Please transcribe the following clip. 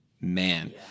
man